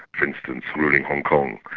for instance, ruling hong kong.